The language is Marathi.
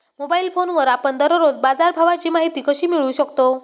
मोबाइल फोनवर आपण दररोज बाजारभावाची माहिती कशी मिळवू शकतो?